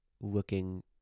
looking